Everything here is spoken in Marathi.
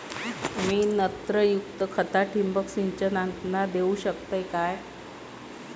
मी नत्रयुक्त खता ठिबक सिंचनातना देऊ शकतय काय?